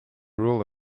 rule